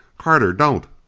carter don't!